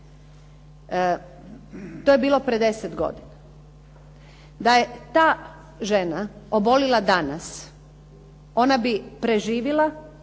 To je bilo pred deset godina. Da je ta žena oboljela danas ona bi preživjela,